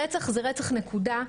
רצח זה רצח, נקודה.